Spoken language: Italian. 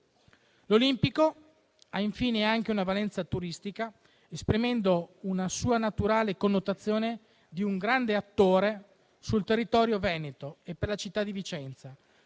L'Olimpico ha infine anche una valenza turistica, esprimendo una sua naturale connotazione di grande attore sul territorio veneto e per la città di Vicenza,